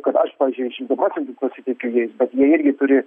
kad aš pavyzdžiui šimtu procentų pasitikiu jais bet jie irgi turi